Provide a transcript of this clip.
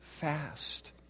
fast